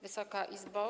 Wysoka Izbo!